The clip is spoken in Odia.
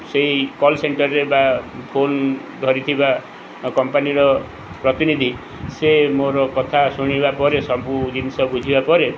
ସେହି କଲ୍ ସେଣ୍ଟର୍ରେ ବା ଫୋନ ଧରିଥିବା କମ୍ପାନୀର ପ୍ରତିନିଧି ସେ ମୋର କଥା ଶୁଣିବା ପରେ ସବୁ ଜିନିଷ ବୁଝିବା ପରେ